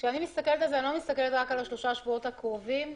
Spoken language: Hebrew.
אני לא מסתכלת רק על שלושת השבועות הקרובים.